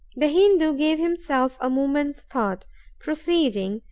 the hindoo gave himself a moment's thought proceeding,